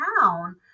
town